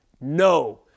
No